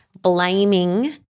blaming